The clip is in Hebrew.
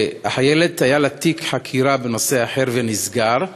שהחיילת היה לה תיק חקירה בנושא אחר והוא נסגר,